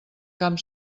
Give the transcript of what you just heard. camp